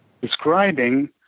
describing